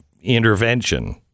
intervention